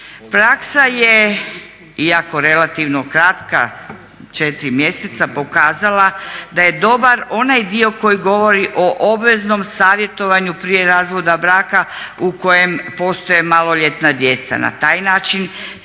Praksa je iako relativno kratka 4 mjeseca pokazala da je dobar onaj dio koji govori o obveznom savjetovanju prije razvoda braka u kojem postoje maloljetna djeca. Na taj način